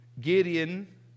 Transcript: Gideon